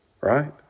right